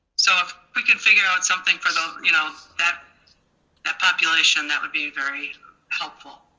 so if we could figure out something for those, you know that that population, that would be very helpful.